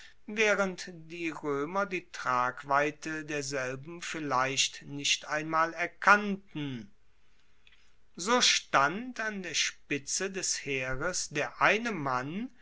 waehrend die roemer die tragweite derselben vielleicht nicht einmal erkannten so stand an der spitze des heeres der eine mann